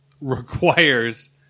requires